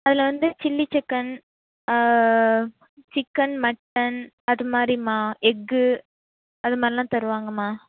அதில் வந்து chilli chicken chicken mutton அது மாதிரிம்மா எக்கு அது மாதிரிலாம் தருவாங்கம்மா